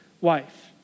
wife